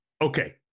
okay